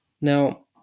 Now